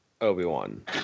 obi-wan